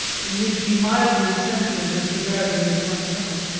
in which he mildly censured the severity of his lieutenant